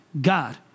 God